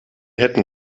hätten